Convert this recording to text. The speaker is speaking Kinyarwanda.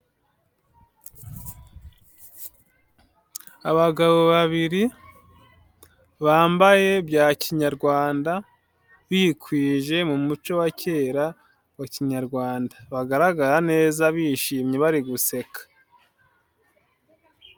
Abagabo babiri bambaye bya kinyarwanda, bikwije mu muco wa kera wa kinyarwanda. Bagaragara neza bishimye bari guseka.